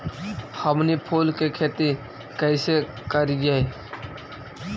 हमनी फूल के खेती काएसे करियय?